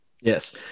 Yes